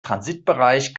transitbereich